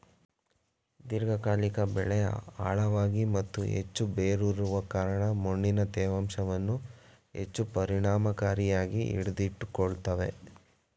ದೀರ್ಘಕಾಲಿಕ ಬೆಳೆ ಆಳವಾಗಿ ಮತ್ತು ಹೆಚ್ಚು ಬೇರೂರುವ ಕಾರಣ ಮಣ್ಣಿನ ತೇವಾಂಶವನ್ನು ಹೆಚ್ಚು ಪರಿಣಾಮಕಾರಿಯಾಗಿ ಹಿಡಿದಿಟ್ಟುಕೊಳ್ತವೆ